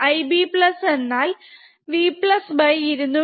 Ib എന്നാൽ V220k